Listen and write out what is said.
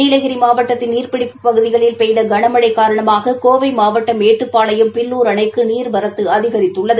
நீலகிரி மாவட்டத்தின் நீர்பிடிப்புப்பகுதிகளில் பெய்த கனமழை காரணமாக கோவை மாவட்டம் மேட்டுப்பாளையம் பில்லூர் அணைக்கு நீர்வரத்து அதிகரித்துள்ளது